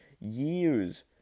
Years